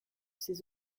ses